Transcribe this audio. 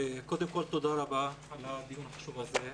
תודה רבה על הדיון החשוב הזה.